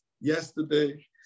yesterday